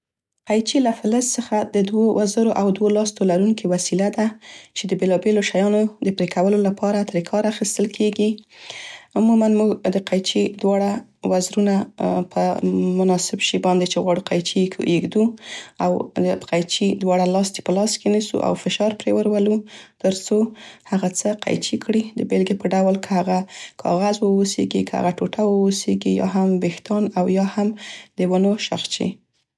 قیچي له فلز څخه د دوو وزرو او دو لاستو لرونکې وسیله ده چې د بیلابیلو شیانو د پرې کولو لپاره ترې کار اخیستل کیګي. عموماً موږ د قیچي دواړه وزرونه په مناسب شي باندې چې غواړو قیچي یې کو ایږدو او د قیچي دواړه لاستي په لاس کې نیسو او فشار پرې ورولو، تر څو هغه څه قیچي کړي. د بیلګې په ډول که هغه کاغذ واوسیګي، که هغه ټوټه واوسیګي او یا هم ویښتان او یا هم ونو شاخچې.